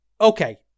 Okay